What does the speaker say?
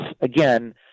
again